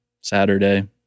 Saturday